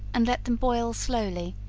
and let them boil slowly,